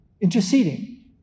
interceding